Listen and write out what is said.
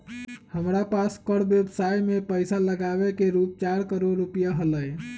हमरा पास कर व्ययवसाय में पैसा लागावे के रूप चार करोड़ रुपिया हलय